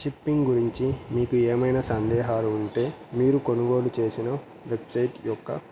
shipping గురించి మీకు ఏమైనా సందేహాలు ఉంటే మీరు కొనుగోలు చేసిన వెబ్సైట్ యొక్క